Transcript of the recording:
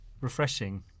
refreshing